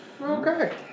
Okay